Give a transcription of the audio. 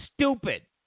stupid